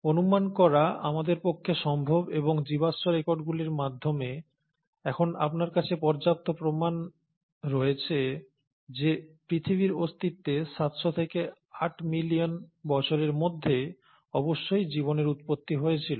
অনুমান করা আমাদের পক্ষে সম্ভব এবং জীবাশ্ম রেকর্ডগুলির মাধ্যমে এখন আপনার কাছে পর্যাপ্ত প্রমাণ রয়েছে যে পৃথিবীর অস্তিত্বের 700 থেকে 800 মিলিয়ন বছরের মধ্যে অবশ্যই জীবনের উৎপত্তি হয়েছিল